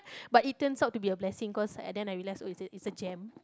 but it turns out to be a blessing cause and then I realise oh it's a it's a jam